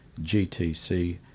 GTC